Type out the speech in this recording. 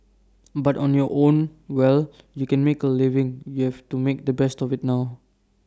but on your own well you can make A living you have to make the best of IT now